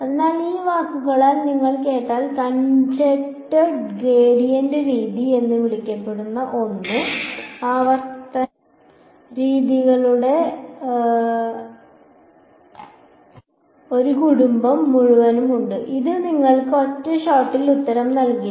അതിനാൽ ഈ വാക്കുകൾ നിങ്ങൾ കേട്ടാൽ കൺജഗേറ്റ് ഗ്രേഡിയന്റ് രീതി എന്ന് വിളിക്കപ്പെടുന്ന ഒന്ന് ആവർത്തന രീതികളുടെ ഒരു കുടുംബം മുഴുവനും ഉണ്ട് അത് നിങ്ങൾക്ക് ഒറ്റ ഷോട്ടിൽ ഉത്തരം നൽകില്ല